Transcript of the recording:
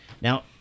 Now